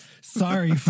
Sorry